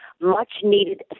much-needed